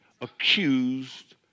accused